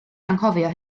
anghofio